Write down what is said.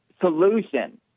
Solution